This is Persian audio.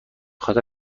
خاطر